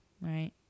right